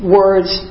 words